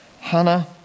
hannah